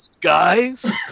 guys